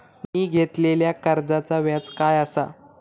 मी घेतलाल्या कर्जाचा व्याज काय आसा?